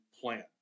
plan